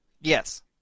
Yes